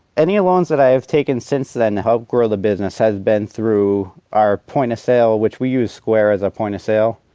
any loans that i have taken since then to help grow the business have been through our point of sale, which we use square as our point of sale.